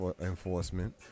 enforcement